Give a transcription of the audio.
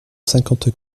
cinquante